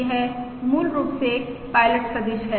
यह मूल रूप से एक पायलट सदिश है